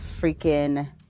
freaking